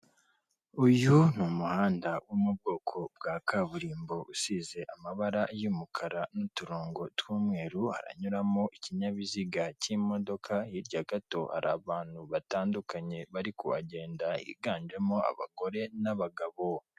Uyu ni umuhanda wo mu bwoko bwa kaburimbo usize amabara y'umukara n'uturongo tw'umweru, haranyuramo ikinyabiziga cy'imodoka, hirya gato hari abantu batandukanye bari kuhagenda, higanjemo abagore n'abagabo.